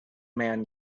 man